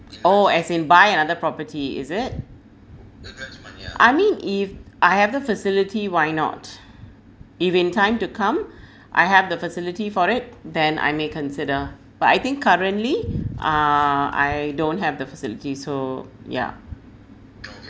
oh as in buy another property is it I mean if I have the facility why not if in time to come I have the facility for it then I may consider but I think currently uh I don't have the facility so yeah